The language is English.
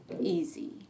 easy